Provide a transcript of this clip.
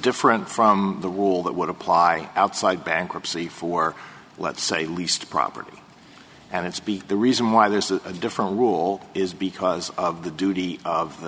different from the rule that would apply outside bankruptcy for let's say least property and it's be the reason why this is a different rule is because of the duty of